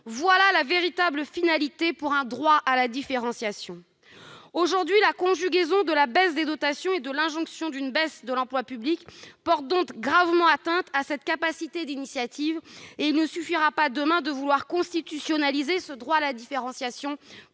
Voilà la véritable finalité d'un droit à la différenciation. Aujourd'hui, la conjugaison de la diminution des dotations et de l'injonction d'une baisse de l'emploi public porte gravement atteinte à cette capacité d'initiative, et il ne suffira pas de vouloir constitutionnaliser demain ce droit à la différenciation